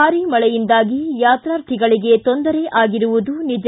ಭಾರಿ ಮಳೆಯಿಂದಾಗಿ ಯಾತ್ರಾರ್ಥಿಗಳಿಗೆ ತೊಂದರೆ ಆಗಿರುವುದು ನಿಜ